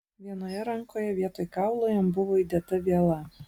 vienoje rankoje vietoj kaulo jam buvo įdėta viela